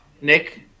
Nick